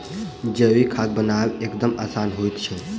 जैविक खाद बनायब एकदम आसान होइत छै